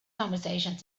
conversations